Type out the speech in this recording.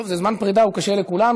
טוב, זה זמן פרידה, הוא קשה לכולנו.